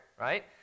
right